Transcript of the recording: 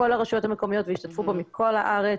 לכל הרשויות המקומיות והשתתפו בו מכל הארץ,